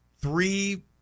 three